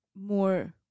more